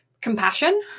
compassion